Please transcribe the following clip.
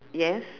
yes